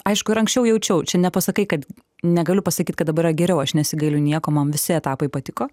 aišku ir anksčiau jaučiau čia nepasakai kad negaliu pasakyt kad dabar yra geriau aš nesigailiu nieko man visi etapai patiko